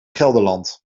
gelderland